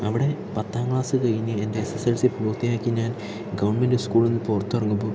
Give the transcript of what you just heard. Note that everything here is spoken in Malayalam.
അവിടെ പത്താം ക്ലാസ് കഴിഞ്ഞ് എൻ്റെ എസ് എസ് എൽ സി പൂർത്തിയാക്കി ഞാൻ ഗവൺമെൻറ് സ്കൂളിൽ നിന്ന് പുറത്ത് ഇറങ്ങുമ്പോൾ